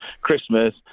Christmas